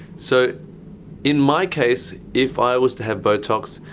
so in my case, if i was to have botox,